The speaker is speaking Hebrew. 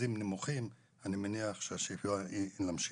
אחוזים נמוכים, אני מניח שהשאיפה היא להמשיך.